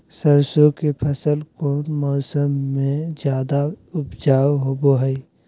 सरसों के फसल कौन मौसम में ज्यादा उपजाऊ होबो हय?